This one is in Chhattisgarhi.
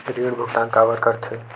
ऋण भुक्तान काबर कर थे?